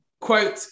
quote